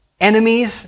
enemies